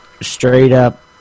straight-up